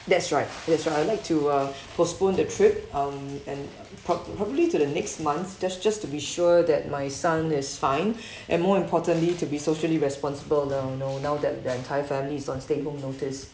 that's right that's right I'd like to uh postpone the trip um and prob~ probably to the next month that's just to be sure that my son is fine and more importantly to be socially responsible now know now that the entire family is on stay home notice